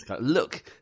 Look